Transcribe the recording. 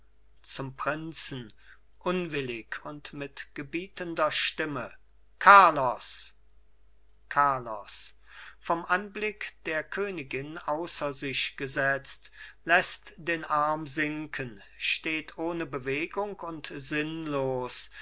zum prinzen unwillig und mit gebietender stimme carlos carlos vom anblick der königin außer sich gesetzt läßt den arm sinken steht ohne bewegung und sinnlos